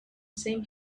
same